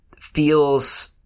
feels